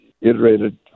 iterated